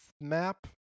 map